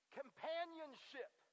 companionship